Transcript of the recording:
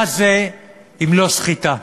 מה זה אם לא סחיטה?